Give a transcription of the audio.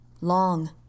long